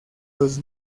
los